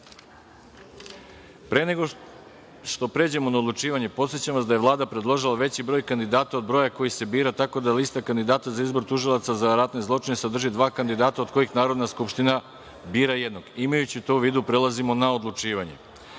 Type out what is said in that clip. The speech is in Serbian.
nego što pređemo na odlučivanje, podsećam vas da je Vlada predložila veći broj kandidata od broja koji se bira tako da Lista kandidata za izbor tužioca za ratne zločine sadrži dva kandidata od kojih Narodna skupština bira jednog. Imajući to u vidu, prelazimo na odlučivanje. Stavljam